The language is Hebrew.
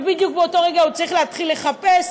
ובדיוק באותו רגע הוא צריך להתחיל לחפש,